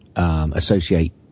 Associate